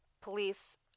police